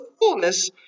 fullness